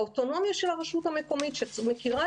האוטונומיה של הרשות המקומית שמכירה,